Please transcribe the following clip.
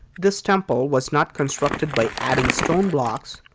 this temple was not constructed by adding stone blocks,